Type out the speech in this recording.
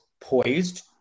poised